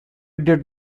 did